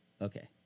Okay